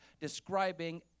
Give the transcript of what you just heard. describing